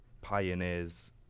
pioneers